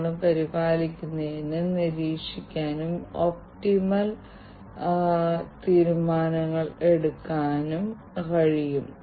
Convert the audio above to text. അതിനാൽ ശേഖരിക്കുന്ന ഡാറ്റ രോഗികളുടെ യഥാർത്ഥ ഡാറ്റ എന്നിവയിൽ കൃത്രിമം കാണിക്കാൻ ആർക്കും കഴിയില്ല